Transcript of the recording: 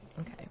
Okay